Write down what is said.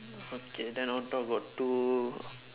okay then on top got two